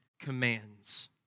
commands